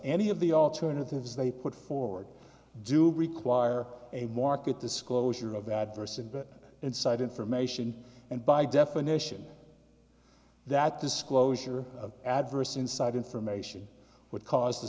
any of the alternatives they put forward do require a market disclosure of that person but inside information and by definition that disclosure of adverse inside information would cause the